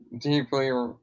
deeply